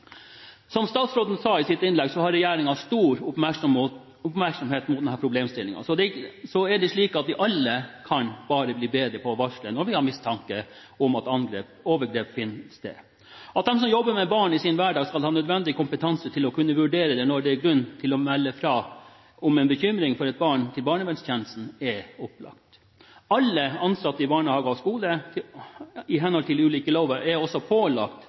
Som statsråden sa i sitt innlegg, har regjeringen stor oppmerksomhet på denne problemstillingen, og så er det slik at vi alle kan bli bedre på å varsle når vi har mistanke om at overgrep finner sted. At de som jobber med barn i sin hverdag, skal ha nødvendig kompetanse for å kunne vurdere når det er grunn til melde fra til barnevernstjenesten om bekymring for et barn, er opplagt. Alle ansatte i barnehager og skoler er i henhold til ulike lover pålagt opplysningsplikt til barnevernet uten hinder av taushetsplikten når det er